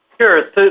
Sure